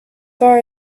far